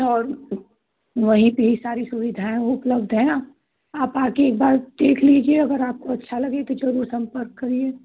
और वहीं पर ही सारी सुविधाएँ उपलब्ध हैं आप आप आके एक बार देख लीजिए अगर आपको अच्छा लगे तो जरूर संपर्क करिए